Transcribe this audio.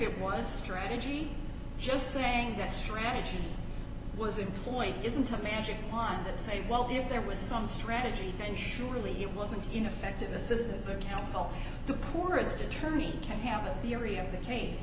it was strategy just saying that strategy was employed isn't a magic wand that say well if there was some strategy then surely it wasn't in effect and this is the council the poorest attorney can have a theory of the case